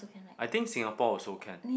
I think Singapore also can